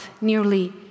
nearly